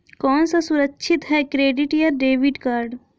कौन सा सुरक्षित है क्रेडिट या डेबिट कार्ड?